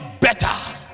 better